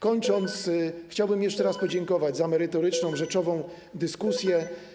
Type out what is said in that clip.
Kończąc, chciałbym jeszcze raz podziękować za merytoryczną, rzeczową dyskusję.